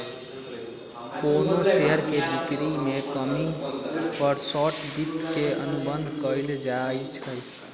कोनो शेयर के बिक्री में कमी पर शॉर्ट वित्त के अनुबंध कएल जाई छई